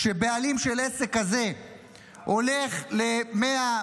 כשבעלים של עסק כזה הולך ל-100,